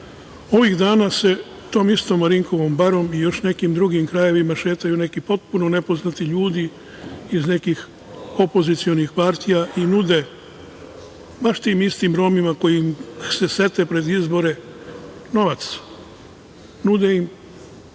Ovih dana se tom istom Marinkovom barom i još nekim drugim krajevima šetaju neki potpuno nepoznati ljudi iz nekih opozicionih partija i nude baš tim istim Romima koji se sete pred izbore, novac. Nude im